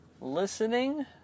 listening